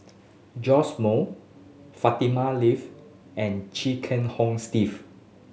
Joash Moo Fatimah Lateef and Chia Kiah Hong Steve